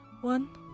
One